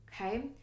okay